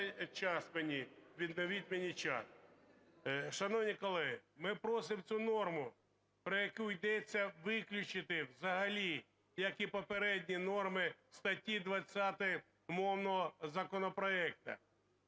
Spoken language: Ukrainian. відновіть мені час. Шановні колеги, ми просимо цю норму, про яку йдеться, виключити взагалі, як і попередні норми статті 20 мовного законопроекту.